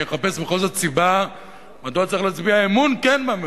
אני אחפש בכל זאת סיבה מדוע צריך להצביע אמון כן בממשלה,